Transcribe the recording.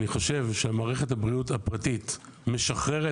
אני חושב שמערכת הבריאות הפרטית משחררת